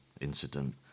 incident